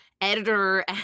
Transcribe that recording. editor